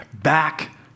Back